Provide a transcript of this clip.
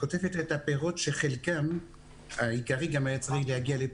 קוטפת את הפירות שחלקם העיקרי גם היה צריך להגיע לפה,